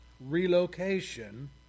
relocation